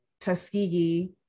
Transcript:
Tuskegee